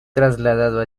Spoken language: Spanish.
trasladado